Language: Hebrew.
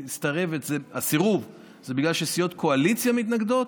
והסירוב זה בגלל שסיעות קואליציה מתנגדות,